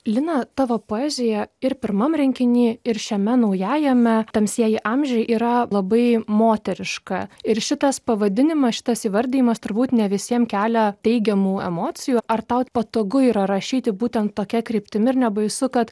lina tavo poezija ir pirmam rinkiny ir šiame naujajame tamsieji amžiai yra labai moteriška ir šitas pavadinimas šitas įvardijimas turbūt ne visiem kelia teigiamų emocijų ar tau patogu yra rašyti būtent tokia kryptimi ir nebaisu kad